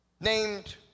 Named